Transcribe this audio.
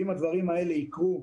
אם הדברים האלה יקרו,